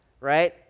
right